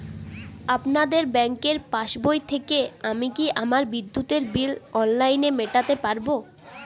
আপনাদের ব্যঙ্কের পাসবই থেকে আমি কি আমার বিদ্যুতের বিল অনলাইনে মেটাতে পারবো?